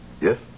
Yes